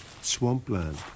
swampland